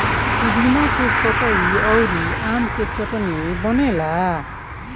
पुदीना के पतइ अउरी आम के चटनी बनेला